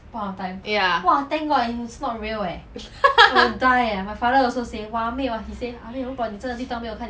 ya